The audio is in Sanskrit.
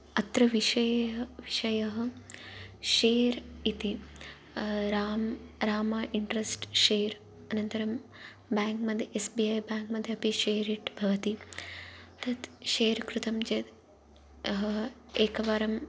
अत्र विषये ह विषयः शर् इति रामः रामा इन्ट्रस्ट् शेर् अनन्तरं बे्क्मध्ये एस् बि ऐ बेङ्क्मध्ये अपि शेर् इट् भवति तत् शेर् कृतं चेत् एकवारम्